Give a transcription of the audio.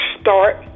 start